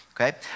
okay